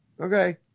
Okay